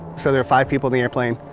so there are five people in the airplane.